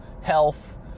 health